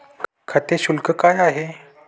खाते शुल्क काय आहे?